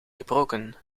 gebroken